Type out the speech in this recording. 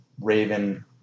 Raven